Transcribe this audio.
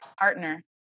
partner